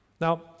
Now